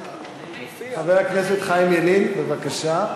חבר הכנסת חיים ילין, בבקשה,